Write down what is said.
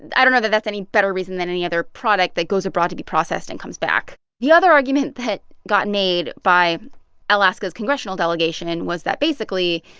i don't know that that's any better reason than any other product that goes abroad to be processed and comes back the other argument that got made by alaska's congressional delegation was that basically,